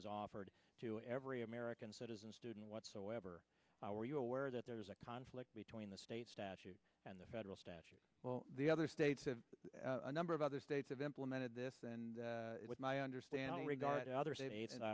is offered to every american citizen student whatsoever how are you aware that there is a conflict between the state statute and the federal statute while the other states have a number of other states have implemented this and my understanding regard others eight and